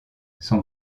son